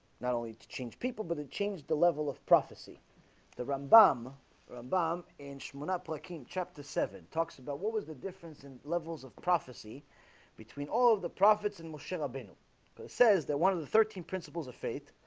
not only to change people, but it changed the level of prophecy the rambam aarambam in shmona play king chapter seven talks about what was the difference in levels of prophecy between all of the prophets in motion obinna says that one of the thirteen principles of faith